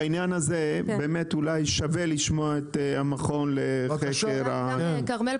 בעניין הזה אולי שווה לשמוע את המכון לחקר כלכלי.